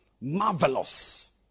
marvelous